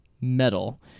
Metal